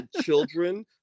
children